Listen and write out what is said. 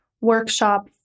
workshop